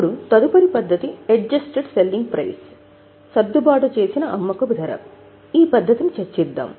ఇప్పుడు తదుపరి పద్ధతి ఎడ్జెస్టడ్ సెల్లింగ్ ప్రైస్ సర్దుబాటు చేసిన అమ్మకపు ధర పద్ధతికి వెళ్దాం